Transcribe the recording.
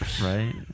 Right